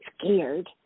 scared